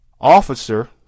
officer